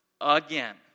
again